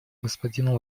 господину